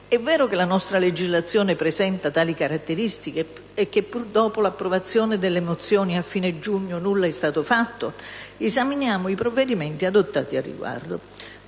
è vero che la nostra legislazione presenta tali caratteristiche e che pur dopo l'approvazione delle mozioni a fine giugno nulla è stato fatto? Esaminiamo i provvedimenti adottati al riguardo.